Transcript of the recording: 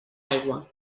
aigua